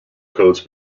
codes